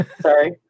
sorry